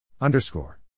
underscore